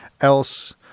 else